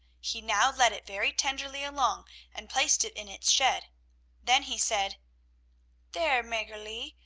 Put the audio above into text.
he now led it very tenderly along and placed it in its shed then he said there, maggerli,